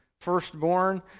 firstborn